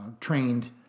trained